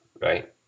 Right